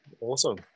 awesome